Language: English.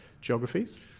geographies